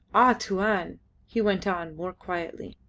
ah, tuan! he went on, more quietly,